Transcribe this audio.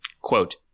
Quote